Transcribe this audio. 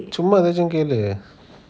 சும்மா ஏதாச்சும் கேளு:summa yeathachum kealu